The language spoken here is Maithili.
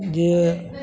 जे